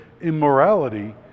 immorality